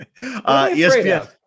ESPN